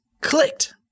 clicked